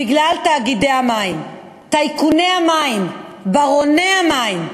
בגלל תאגידי המים, טייקוני המים, ברוני המים,